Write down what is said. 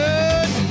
Good